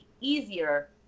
easier